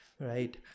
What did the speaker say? right